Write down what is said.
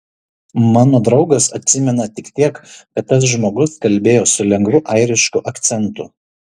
mano draugas atsimena tik tiek kad tas žmogus kalbėjo su lengvu airišku akcentu